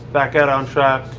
back out on track.